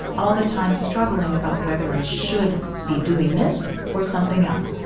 all the time, struggling about whether i should be doing this or something else.